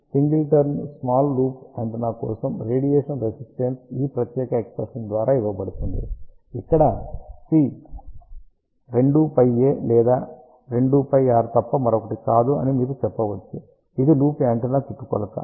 కాబట్టి single turn small loop antenna కోసం radiation resistance ఈ ప్రత్యేక ఎక్ష్ప్రెషన్ ద్వారా ఇవ్వబడుతుంది ఇక్కడ C 2πa లేదా 2πr తప్ప మరొకటి కాదు అని మీరు చెప్పవచ్చు ఇది లూప్ యాంటెన్నా చుట్టుకొలత